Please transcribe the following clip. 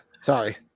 sorry